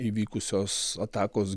įvykusios atakos